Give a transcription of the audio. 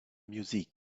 music